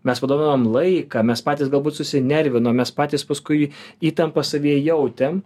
mes padovanojom laiką mes patys galbūt susinervinom mes patys paskui įtampą savyje jautėm